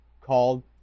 called